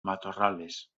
matorrales